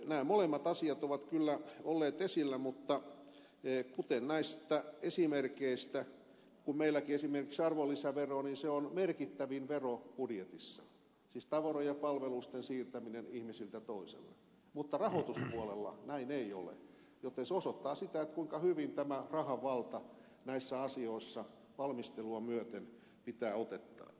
nämä molemmat asiat ovat kyllä olleet esillä mutta kuten näistä esimerkeistä käy ilmi meilläkin esimerkiksi arvonlisävero on merkittävin vero budjetissa siis tavaran ja palvelusten siirtäminen ihmiseltä toiselle mutta rahoituspuolella näin ei ole joten se osoittaa sitä kuinka hyvin tämä rahanvalta näissä asioissa valmistelua myöten pitää otettaan